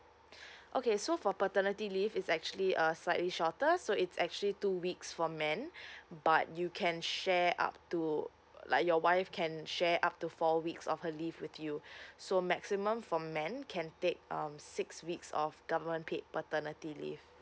okay so for paternity leave it's actually uh slightly shorter so it's actually two weeks for man but you can share up to like your wife can share up to four weeks of her leave with you so maximum for man can take um six weeks of government paid paternity leave